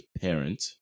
parent